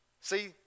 See